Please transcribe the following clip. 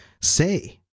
say